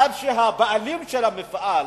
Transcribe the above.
עד שהבעלים של המפעל